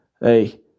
hey